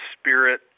Spirit